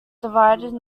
divided